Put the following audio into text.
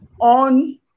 on